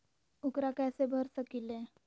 ऊकरा कैसे भर सकीले?